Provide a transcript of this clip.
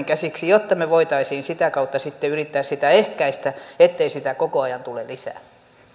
käsiksi jotta me voisimme sitä kautta yrittää sitä ehkäistä ettei sitä koko ajan tule lisää